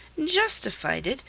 justified it!